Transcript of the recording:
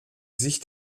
sich